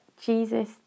Jesus